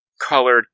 colored